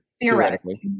Theoretically